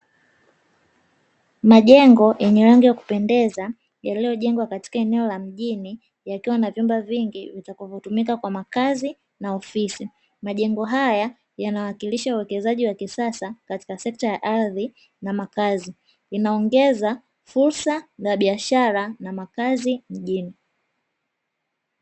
Majengo yenye rangi ya kupendeza yaliyojengwa katika eneo la mjini yakiwa na vyumba vingi vitakavyotumika kwa makazi na ofisi, majengo haya yanawakilisha uwekezaji wa kisasa katika sekta ya ardhi na makazi, inaongeza fursa za biashara na makazi mjini.